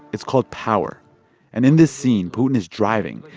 it's called power. and in this scene, putin is driving,